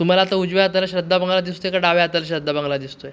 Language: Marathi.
तुम्हाला आता उजव्या हाताला श्रद्धा बंगला दिसतो आहे का डाव्या हाताला श्रद्धा बंगला दिसतो आहे